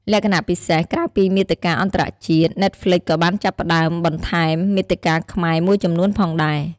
លក្ខណៈពិសេស ក្រៅពីមាតិកាអន្តរជាតិ ណែតហ្ល្វិចក៏បានចាប់ផ្ដើមបន្ថែម មាតិកាខ្មែរ មួយចំនួនផងដែរ។